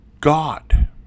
God